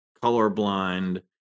colorblind